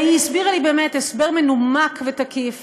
והיא הסבירה לי באמת הסבר מנומק ותקיף